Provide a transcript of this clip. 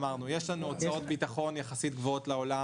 יש לנו הוצאות ביטחון יחסית גבוהות לעולם.